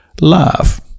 love